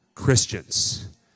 Christians